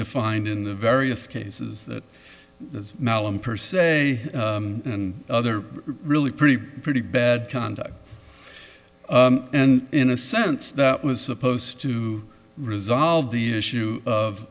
defined in the various cases that as per se and other really pretty pretty bad conduct and in a sense that was supposed to resolve the issue of